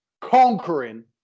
conquering